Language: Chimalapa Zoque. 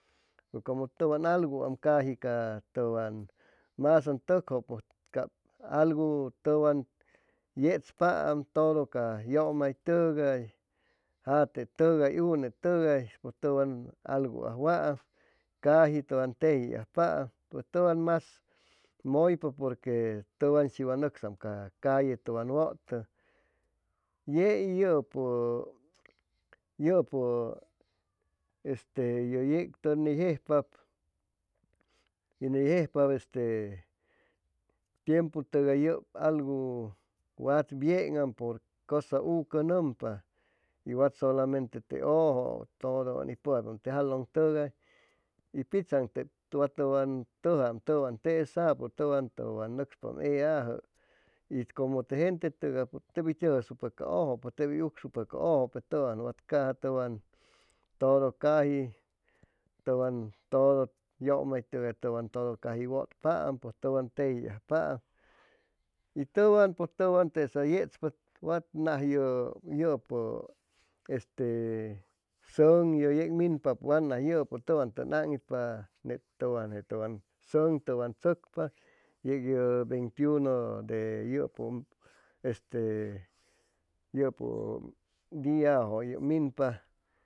Como tʉwan algu caji ca tʉwan masaŋ tʉkjʉ pʉj cap algu tʉwan yechpaam todo ca yʉmaytʉgay jatetʉgay unetʉgay pʉj tʉwan algu ajwaam caji tʉwan tejiajpaam pʉj tʉwan mas mʉypa porque tʉwan shi wa nʉcsam ca calle tʉwan wʉtʉ yei yʉpʉ yʉpʉ este ye yec tʉnijejpap yeni jejpap este tiempu tʉgay yʉp algu wat bien'am porque cosa ucʉnʉmpa y wat solamente te ʉʉjʉ todo ʉnipʉjaypaam te jalʉŋtʉgay y pictzaŋ tep wa tʉwan tʉjam tesapʉ tʉwan tʉwan nʉcspam eyajʉit como te gentetʉgay tep hʉy tʉjʉsucpa ca ʉʉjʉ tep hʉy ucsucpa ca ʉʉjʉ pe tʉwan watcaja tʉwan todo caji tʉwan todo yʉmaytʉgay tʉwan todo caji wʉtpaam caji tʉwan tejiajpaam y tʉwan pʉj tesa yechpa wat naj yʉ yʉpʉ este sʉŋ ye yec minpapʉ wat naj yʉpʉ tʉwan tʉn aŋitpa net tʉwanje tʉwan sʉn tʉwan tzʉcpa yec yʉ veintiuno de yʉpʉ este yʉpʉ diajʉ yʉp minpa